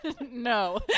No